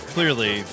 Clearly